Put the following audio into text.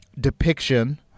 depiction